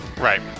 Right